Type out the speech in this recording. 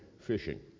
fishing